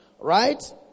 Right